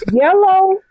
Yellow